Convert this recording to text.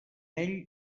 ell